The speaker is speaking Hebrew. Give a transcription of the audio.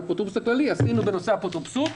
האפוטרופוס הכללי עשינו בנושא האפוטרופסות.